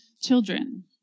children